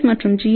S மற்றும் G